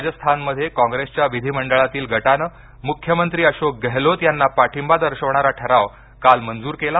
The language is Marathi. राजस्थानमध्ये काँग्रेसच्या विधीमंडळातील गटानं मुख्यमंत्री अशोक गहलोत यांना पाठिंबा दर्शविणारा ठराव काल मंजूर केला आहे